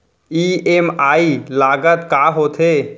EMI लागत का होथे?